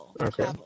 Okay